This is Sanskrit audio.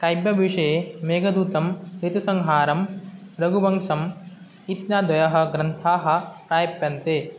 काव्यविषये मेघदूतं ऋतुसंहारं रघुवंशम् इत्यादयः ग्रन्थाः प्राप्यन्ते